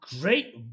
great